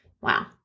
Wow